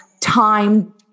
time